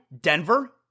Denver